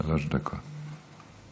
שלוש דקות.